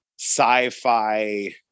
sci-fi